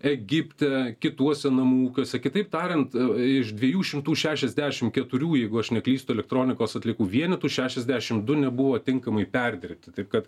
egipte kituose namų ūkiuose kitaip tariant iš dviejų šimtų šešasdešimt keturių jeigu aš neklystu elektronikos atliekų vienetų šešiasdešimt du nebuvo tinkamai perdirbti taip kad